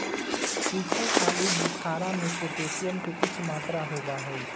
सुखल आलू बुखारा में पोटेशियम के उच्च मात्रा होबा हई